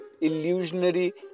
illusionary